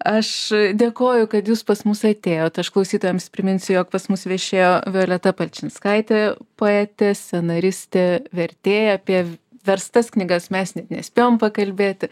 aš dėkoju kad jūs pas mus atėjot aš klausytojams priminsiu jog pas mus viešėjo violeta palčinskaitė poetė scenaristė vertėja apie verstas knygas mes net nespėjom pakalbėti